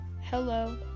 hello